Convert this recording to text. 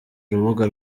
urubuga